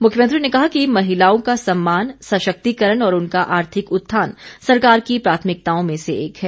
मुख्यमंत्री ने कहा कि महिलाओं का सम्मान सशक्तिकरण और उनका आर्थिक उत्थान सरकार की प्राथमिकताओं में से एक है